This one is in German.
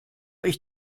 ich